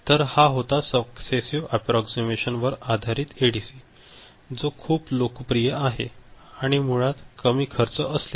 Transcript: तर हा होता सक्सेसिव एप्प्प्रॉक्सिमेशन वर आधारित एडीसी जो खूप लोकप्रिय आहे आणि मुळात कमी खर्च असलेला